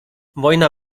wojna